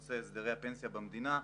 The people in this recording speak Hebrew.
בנושא הסדרי הפנסיה במדינה,